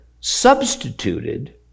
substituted